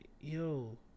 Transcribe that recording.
yo